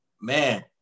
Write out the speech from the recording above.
man